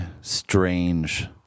strange